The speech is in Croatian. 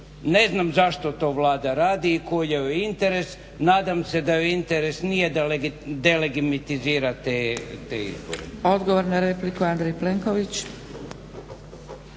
Ne znam zašto to Vlada radi i koji joj je interes. Nadam se da joj interes nije da delegemitizira te izbore. **Zgrebec, Dragica (SDP)** Odgovor na repliku, Andrej Plenković.